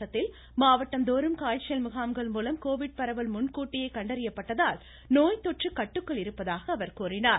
தமிழகத்தில் மாவட்டந்தோறும் காய்ச்சல் முகாம்கள் மூலம் கோவிட் பரவல் முன்கூட்டியே கண்டறியப்பட்டதால் நோய் தொற்று கட்டுக்குள் இருப்பதாக கூறினார்